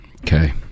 Okay